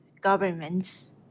governments